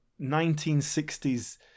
1960s